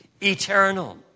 eternal